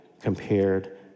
compared